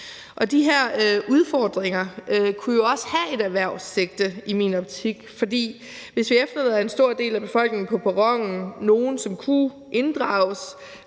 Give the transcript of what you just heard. De her udfordringer kunne jo også have et erhvervssigte i min optik, for hvis vi efterlader en stor del af befolkningen på perronen – nogle, som kunne inddrages,